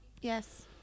Yes